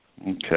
Okay